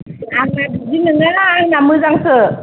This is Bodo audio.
आंना बिदि नङा आंना मोजांसो